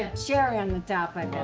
and cherry on the top i bet.